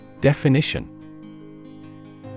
Definition